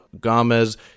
Gomez